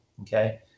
Okay